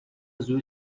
azul